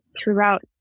throughout